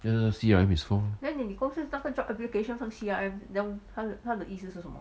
tha~ is wha~ C_R_M is for